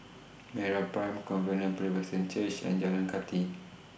Meraprime Covenant Presbyterian Church and Jalan Kathi